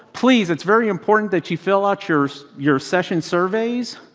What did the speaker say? please, it's very important that you fill out your your session surveys.